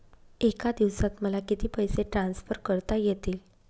एका दिवसात मला किती पैसे ट्रान्सफर करता येतील?